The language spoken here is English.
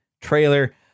trailer